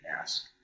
ask